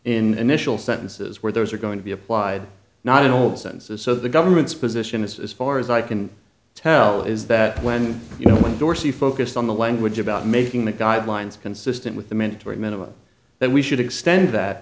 in initial sentences where those are going to be applied not in old sentences so the government's position is as far as i can tell is that when you know when dorsey focused on the language about making the guidelines consistent with the mandatory minimum that we should extend that